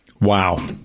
Wow